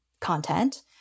content